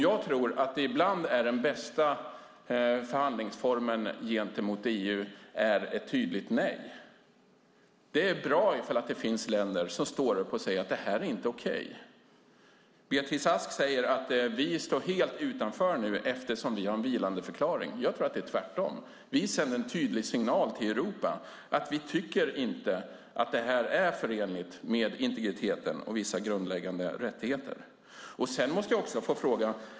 Jag tror att den bästa förhandlingsformen gentemot EU ibland är ett tydligt nej. Det är bra ifall det finns länder som står upp och säger att det här inte är okej. Beatrice Ask säger att vi står helt utanför nu eftersom vi har en vilandeförklaring. Jag tror att det är tvärtom. Vi sänder en tydlig signal till Europa att vi tycker att det här inte är förenligt med integriteten och vissa grundläggande rättigheter.